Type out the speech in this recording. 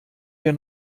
wir